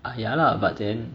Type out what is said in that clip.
ya lah but then